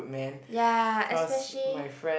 ya especially